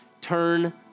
turn